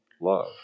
love